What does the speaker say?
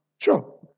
Sure